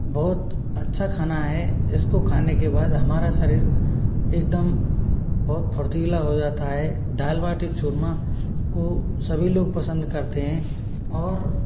बहुत अच्छा खाना है इसको खाने के बाद हमारा शरीर एक दम बहुत फुर्तीला हो जाता है दाल बाटी चूरमा को सभी लोग पसंद करते हैं और